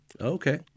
Okay